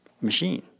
machine